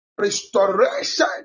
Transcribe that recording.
restoration